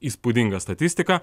įspūdinga statistika